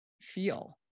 feel